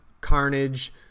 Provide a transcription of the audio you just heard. Carnage